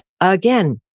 again